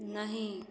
नहि